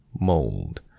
Mold